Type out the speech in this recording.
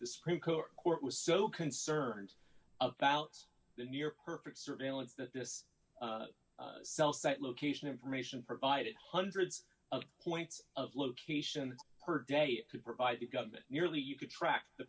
the supreme court court was so concerned about the near perfect surveillance that this cell site location information provided hundreds of points of location per day it could provide the government nearly you could track the